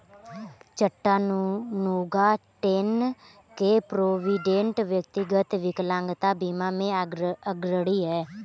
Chattanooga, Tenn के Provident, व्यक्तिगत विकलांगता बीमा में अग्रणी हैं